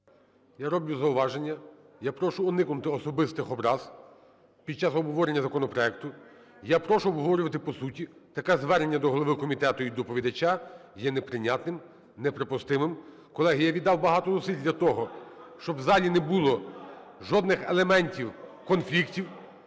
Я роблю зауваження. Я прошу уникнути особистих образ під час обговорення законопроекту. Я прошу обговорювати по суті. Таке звернення до голови комітету і доповідача є неприйнятним, неприпустимим. Колеги, я відав багато зусиль для того, щоб в залі не було жодних елементів конфліктів,